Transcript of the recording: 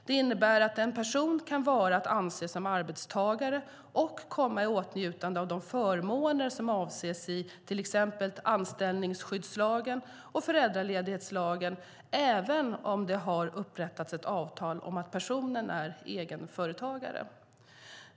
Det innebär att en person kan vara att anse som arbetstagare och komma i åtnjutande av de förmåner som avses i till exempel anställningsskyddslagen och föräldraledighetslagen även om det har upprättats ett avtal om att personen är egenföretagare.